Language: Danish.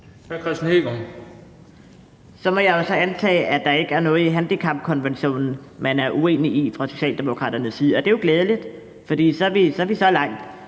Så må jeg jo så antage, at der ikke er noget i handicapkonventionen, man er uenig i fra Socialdemokraternes side. Og det er jo glædeligt, for så er vi så langt.